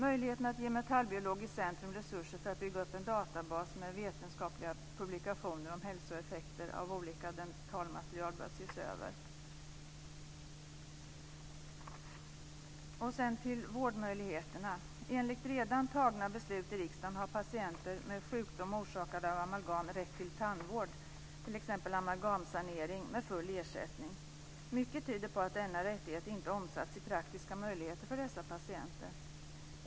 Möjligheterna att ge Metallbiologiskt centrum resurser för att bygga upp en databas med vetenskapliga publikationer om hälsoeffekter av olika dentalmaterial bör ses över. Sedan till vårdmöjligheterna. Enligt redan fattade beslut i riksdagen har patienter med sjukdomar orsakade av amalgam rätt till tandvård, t.ex. amalgamsanering, med full ersättning. Mycket tyder på att denna rättighet inte har omsatts i praktiska möjligheter för dessa patienter.